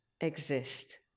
exist